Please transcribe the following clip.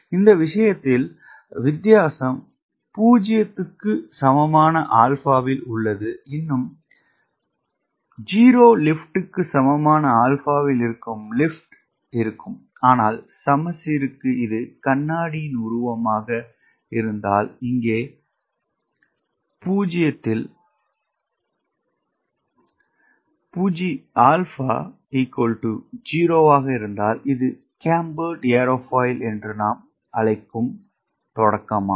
இந்த விஷயத்தில் வித்தியாசம் 0 க்கு சமமான ஆல்பாவில் உள்ளது இன்னும் 0 லிப்டுக்கு சமமான ஆல்பாவில் இருக்கும் லிப்ட் இருக்கும் ஆனால் சமச்சீருக்கு இது கண்ணாடியின் உருவமாக இருந்தால் இங்கே here α 0 என்றால் L 0 ஆக இருந்தால் இது கேம்பர்டு ஏரோஃபாயில் என்று நாம் அழைக்கும் தொடக்கமாகும்